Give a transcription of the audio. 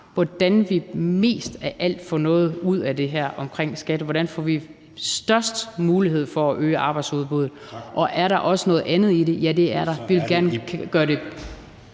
hvordan vi mest af alt får noget ud af det her omkring skat, og hvordan vi får størst mulighed for at øge arbejdsudbuddet. Og er der også noget andet i det? Ja, det er der, for vi vil gerne gøre det